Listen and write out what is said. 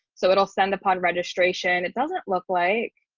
so it'll send upon registration. it doesn't look like